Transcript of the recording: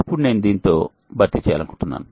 ఇప్పుడు నేను దీనితో భర్తీ చేయాలనుకుంటున్నాను